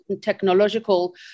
technological